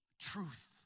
truth